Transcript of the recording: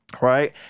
Right